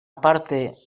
parte